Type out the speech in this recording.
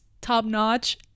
top-notch